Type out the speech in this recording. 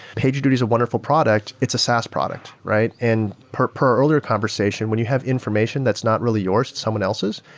pagerduty is a wonderful product. it's a saas product, and per per older conversation, when you have information that's not really yours, it's someone else's,